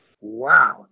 wow